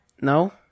No